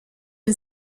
une